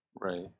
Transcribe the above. Right